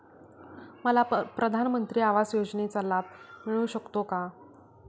मला प्रधानमंत्री आवास योजनेचा लाभ मिळू शकतो का?